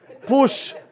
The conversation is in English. push